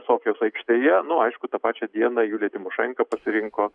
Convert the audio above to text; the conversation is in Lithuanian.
sofijos aikštėje nu aišku tą pačią dieną julija tymošenko pasirinko